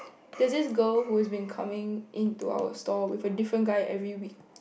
there's this girl who has been coming into our store with a different guy every week